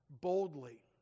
boldly